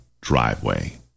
driveway